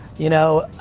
you know,